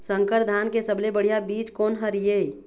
संकर धान के सबले बढ़िया बीज कोन हर ये?